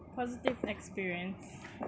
positive experience